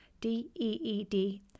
D-E-E-D